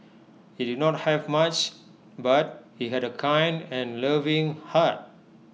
he did not have much but he had A kind and loving heart